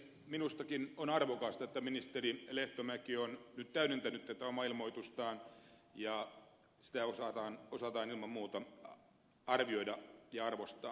minustakin on arvokasta että ministeri lehtomäki on nyt täydentänyt tätä omaa ilmoitustaan ja sitä osataan ilman muuta arvioida ja arvostaa